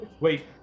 Wait